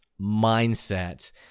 mindset